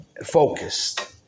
focused